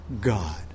God